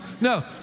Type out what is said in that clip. no